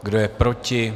Kdo je proti?